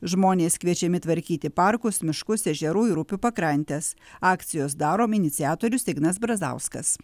žmonės kviečiami tvarkyti parkus miškus ežerų ir upių pakrantes akcijos darom iniciatorius ignas brazauskas